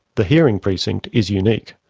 the hearing precinct is unique.